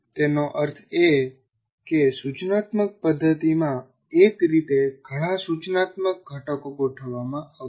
તેનો અર્થ એ કે સૂચનાત્મક પદ્ધતિમાં એક રીતે ઘણાં સૂચનાત્મક ઘટકો ગોઠવવામાં આવશે